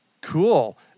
Cool